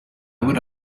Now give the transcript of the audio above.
would